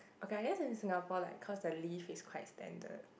okay I guess in Singapore like cause the leave is quite standard